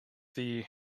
the